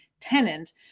tenant